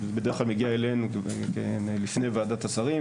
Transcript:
זה בדרך כלל מגיע אלינו לפני ועדת השרים,